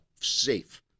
safe